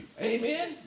Amen